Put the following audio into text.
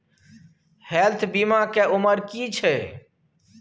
Health बीमा के उमर की छै?